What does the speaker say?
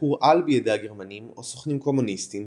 הורעל בידי הגרמנים או סוכנים קומוניסטים